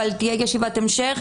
אבל תהיה ישיבת המשך,